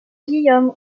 guillaume